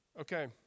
Okay